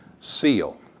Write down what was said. seal